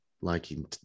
liking